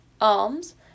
Arms